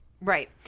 Right